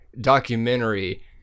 documentary